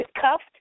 cuffed